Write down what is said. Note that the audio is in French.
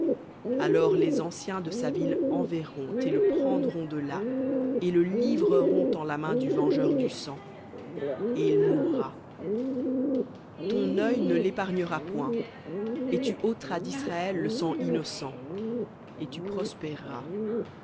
alors les anciens de sa ville enverront et le prendront de là et le livreront en la main du vengeur du sang et il mourra ton œil ne l'épargnera point et tu ôteras d'israël le sang innocent et tu prospéreras